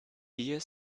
ihr